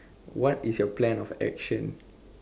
what is your plan of action